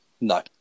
No